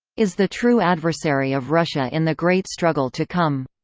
is the true adversary of russia in the great struggle to come.